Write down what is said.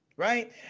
right